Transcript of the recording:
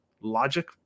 logic